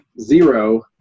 zero